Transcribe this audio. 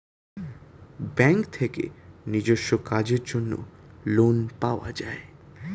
bank থেকে নিজস্ব কাজের জন্য লোন পাওয়া যায়